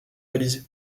balisés